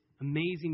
amazing